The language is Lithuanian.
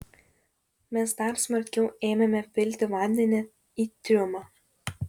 mes dar smarkiau ėmėme pilti vandenį į triumą